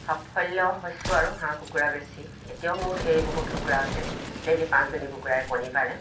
সাফল্য হৈছোঁ আৰু হাঁহ কুকুৰা বেচি এতিয়াও মোৰ ধেৰ বহুত কুকুৰা আছে ডেইলি পাঁচজনী কুকুৰাই কণী পাৰে